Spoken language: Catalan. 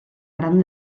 gran